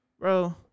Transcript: bro